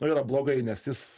yra blogai nes jis